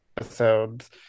episodes